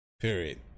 Period